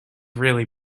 really